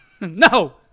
No